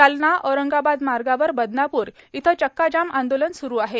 जालना औरंगाबाद मार्गावर बदनापूर इथं चक्का जाम आंदोलन सुरू आहे